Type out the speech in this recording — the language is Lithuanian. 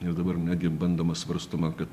ir dabar netgi bandoma svarstoma kad